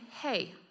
hey